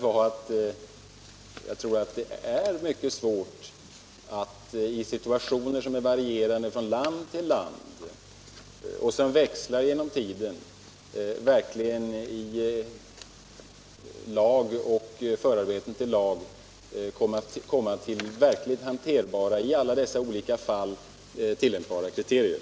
Men jag tror att det är mycket svårt att — i situationer som är varierande från land till land och som växlar genom tiden — i lag och i förarbeten till lag komma fram till verkligt hanterbara och i alla dessa olika fall tillämpbara kriterier.